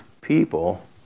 people